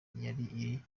iri